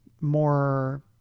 more